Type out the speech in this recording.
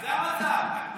זה המצב.